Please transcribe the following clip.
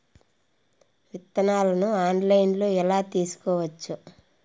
విత్తనాలను ఆన్లైన్లో ఎలా తీసుకోవచ్చు